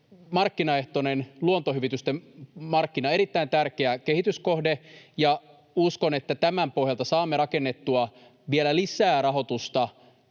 markkinaehtoinen luontohyvitysten markkina, erittäin tärkeä kehityskohde. Uskon, että tämän pohjalta saamme rakennettua vielä lisää rahoitusta